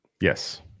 Yes